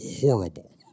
horrible